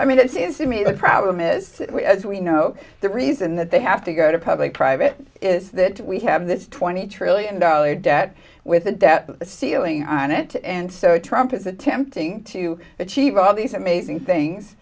i mean it seems to me the problem is as we know the reason that they have to go to public private is that we have this twenty trillion dollar debt with a debt ceiling on it and so trump is attempting to achieve all these amazing things